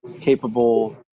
capable